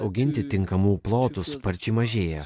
auginti tinkamų plotų sparčiai mažėja